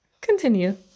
Continue